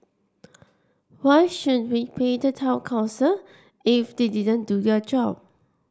why should we pay the town council if they didn't do their job